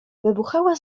wybuchała